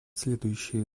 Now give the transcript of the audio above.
следующие